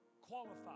qualified